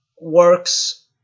works